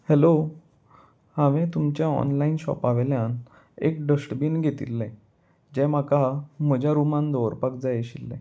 hello हांवें तुमच्या online शॉपावयल्यान एक डस्टबीन घेतिल्ले जे म्हाका म्हज्या रुमान दवरपाक जाय आशिल्लें